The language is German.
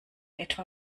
etwa